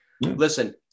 listen